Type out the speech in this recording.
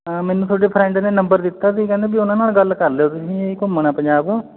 ਮੈਨੂੰ ਤੁਹਾਡੇ ਫਰੈਂਡ ਨੇ ਨੰਬਰ ਦਿੱਤਾ ਸੀ ਕਹਿੰਦੇ ਵੀ ਉਹਨਾਂ ਨਾਲ ਗੱਲ ਕਰ ਲਿਓ ਤੁਸੀਂ ਘੁੰਮਣਾ ਪੰਜਾਬ